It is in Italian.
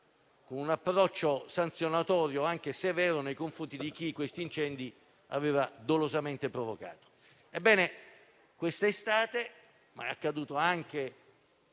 con un approccio sanzionatorio - anche severo - nei confronti di chi aveva dolosamente provocato